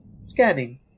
Scanning